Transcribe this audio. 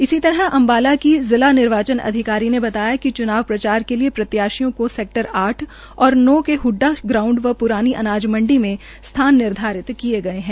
इसी तरह अम्बाला की जिला निर्वाचन अधिकारी ने बताया कि चुनाव प्रचार के लिये प्रत्याशियों को सैक्टर आठ और नौ को हडडा ग्राउंड व प्रानी अनाज मंडी में स्थान निर्धारित किए गये है